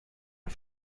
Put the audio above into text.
for